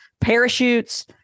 parachutes